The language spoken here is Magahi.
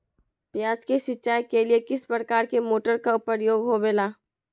प्याज के सिंचाई के लिए किस प्रकार के मोटर का प्रयोग होवेला?